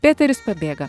peteris pabėga